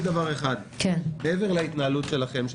מעבר להתנהלות שלכם,